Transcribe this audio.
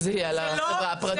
לא, אבל שזה יהיה על החברה הפרטית.